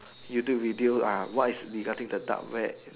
YouTube video uh what is regarding the dark web